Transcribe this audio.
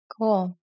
Cool